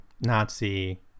Nazi